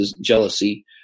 jealousy